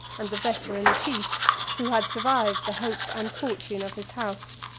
and the veteran chief, who had survived the hope and fortune of his house.